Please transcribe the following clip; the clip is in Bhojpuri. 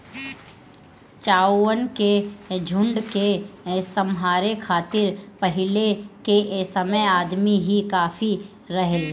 चउवन के झुंड के सम्हारे खातिर पहिले के समय अदमी ही काफी रहलन